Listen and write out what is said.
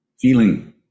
Feeling